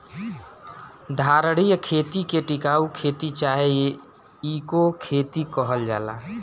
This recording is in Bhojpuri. धारणीय खेती के टिकाऊ खेती चाहे इको खेती कहल जाला